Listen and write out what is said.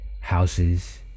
houses